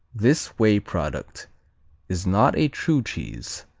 this whey product is not a true cheese,